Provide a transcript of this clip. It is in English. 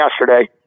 yesterday